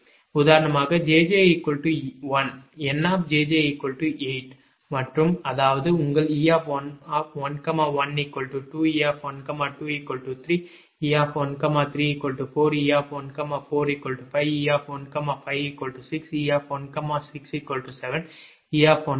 உதாரணமாக 𝑗𝑗 1 𝑁 𝑗𝑗 8 வலது மற்றும் அதாவது உங்கள் 𝑒 11 2 𝑒 12 3 𝑒 13 4 𝑒 14 5 𝑒 15 6 𝑒 16 7 𝑒 17 8 𝑒 18 9